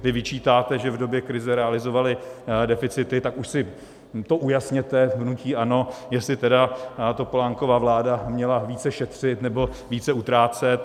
Vy vyčítáte, že v době krize realizovaly deficity, tak už si to ujasněte v hnutí ANO, jestli tedy Topolánkova vláda měla více šetřit, nebo více utrácet.